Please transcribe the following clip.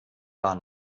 gar